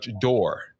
door